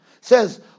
says